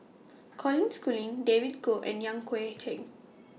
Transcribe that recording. Colin Schooling David Kwo and Yan Hui Chang